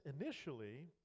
initially